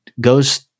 goes